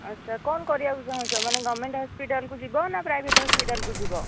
ଆଚ୍ଛା କ'ଣ କରିବାକୁ ଚାହୁଁଛ ମାନେ ଗଭର୍ଣ୍ଣ୍ମେଣ୍ଟ୍ ହସ୍ପିଟାଲ୍କୁ ଯିବ ନା ପ୍ରାଇଭେଟ୍ ହସ୍ପିଟାଲ୍କୁ ଯିବ